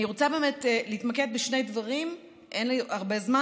אני רוצה להתמקד בשני דברים, אין לי הרבה זמן.